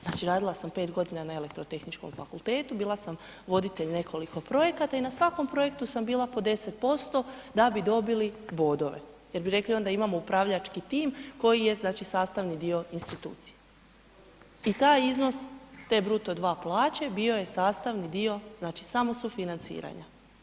Znači radila sam 5 godina na Elektrotehničkom fakultetu, bila sam voditelj nekoliko projekata i na svakom projektu sam bila po 10% da bi dobili bodove jer bi rekli, onda imamo upravljački tim koji je sastavni dio institucije i taj iznos te bruto 2 plaće, bio je sastavni dio samo sufinanciranja.